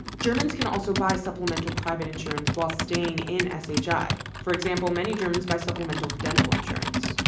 germans can also buy supplemental private insurance while staying in s h i. for example, many germans buy supplemental dental insurance.